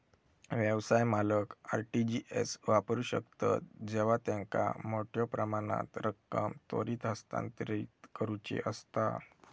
व्यवसाय मालक RTGS वापरू शकतत जेव्हा त्यांका मोठ्यो प्रमाणात रक्कम त्वरित हस्तांतरित करुची असता